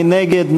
מי נגד?